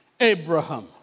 Abraham